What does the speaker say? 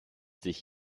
sich